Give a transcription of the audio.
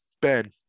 Ben